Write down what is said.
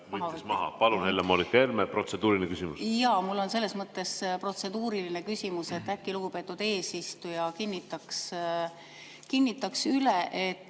Palun, Helle-Moonika Helme, protseduuriline küsimus! Mul on selles mõttes protseduuriline küsimus, et äkki lugupeetud eesistuja kinnitaks üle.